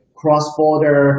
cross-border